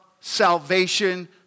salvation